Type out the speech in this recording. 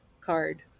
card